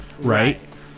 Right